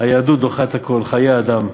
היהדות דוחה את הכול, חיי אדם.